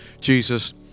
Jesus